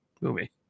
movie